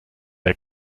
der